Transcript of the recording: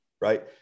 Right